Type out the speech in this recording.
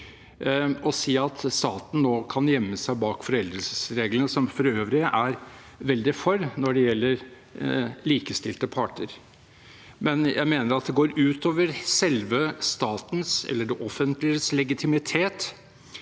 og si at staten nå kan gjemme seg bak foreldelsesreglene, som jeg for øvrig er veldig for når det gjelder likestilte parter. Jeg mener at det går ut over selve statens, eller det offentliges, legitimitet